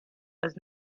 was